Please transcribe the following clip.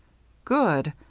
good!